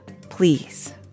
please